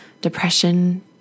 depression